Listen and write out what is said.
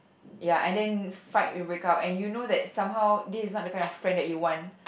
ya and then fight we break up and then you know that somehow this is not the kind of friend that you want